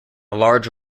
large